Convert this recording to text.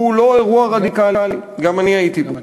הוא לא אירוע רדיקלי, גם אני הייתי בו.